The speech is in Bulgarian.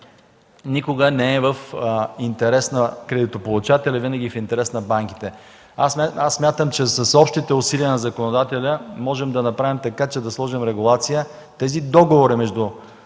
никога не е в интерес на кредитополучателя, а винаги е в интерес на банките. Смятам, че с общите усилия на законодателя можем да направим така, че да сложим регулация и тези договори между